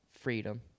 freedom